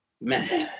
man